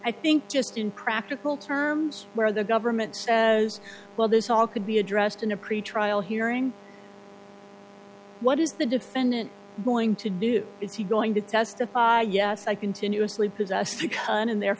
i think just in practical terms where the government says well this all could be addressed in a pretrial hearing what is the defendant going to do is he going to testify yes i continuously possessed you can in the